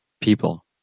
people